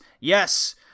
Yes